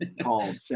called